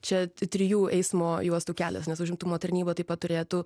čia trijų eismo juostų kelias nes užimtumo tarnyba taip pat turėtų